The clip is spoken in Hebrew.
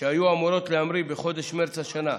שהיו אמורות להמריא בחודש מרץ השנה,